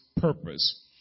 purpose